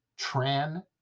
Tran